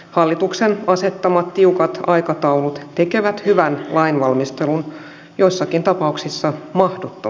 hallituksen asettamat tiukat aikataulut on ollut sallassakin siinä meitä lähellä